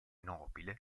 nobile